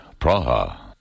Praha